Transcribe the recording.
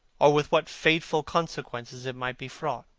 or with what fateful consequences it might be fraught?